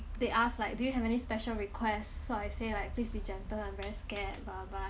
they asked like do you have any special request so I say like please be gentle and very scared